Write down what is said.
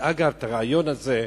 חד-צדדית, אגב, הרעיון הזה,